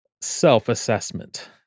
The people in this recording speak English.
self-assessment